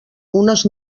unes